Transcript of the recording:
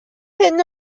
hyn